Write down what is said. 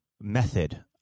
method